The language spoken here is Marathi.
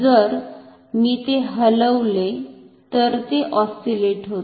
जर मी हे हलवले तर ते ऑस्सिलेट होते